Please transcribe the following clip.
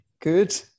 Good